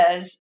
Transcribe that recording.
says